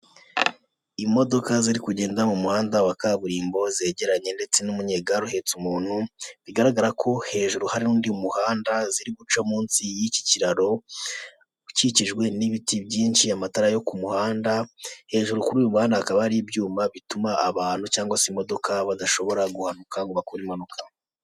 Imodoka ziri kugenda m'umuhanda wa kaburimbo zegeranye ndetse n'umunyega uhetse umuntu, bigaragara ko hejuru hari undi muhanda ziri guca munsi y'iki kiraro, ukikijwe n'ibiti byinshi amatara yo k'umuhanda ,hejuru kuri uyu muhanda hakaba hari ibyuma bituma abantu cyangwa se imodoka badashobora guhanuka ngo bakore impanuka.